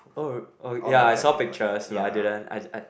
oh oh ya I saw pictures but I didn't I I